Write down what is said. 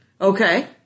Okay